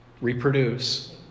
reproduce